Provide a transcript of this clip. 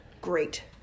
Great